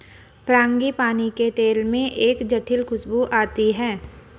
frangipani के तेल में एक जटिल खूशबू आती है